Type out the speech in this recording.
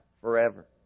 forever